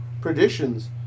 predictions